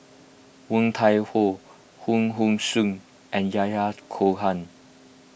Woon Tai Ho Hong Hong Sing and Yahya Cohen